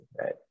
right